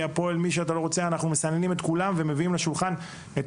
אנחנו מסננים את כולם ומביאים לשולחן את